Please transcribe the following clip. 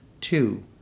Two